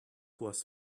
was